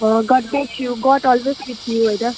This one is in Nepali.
God bless you God always with you होइन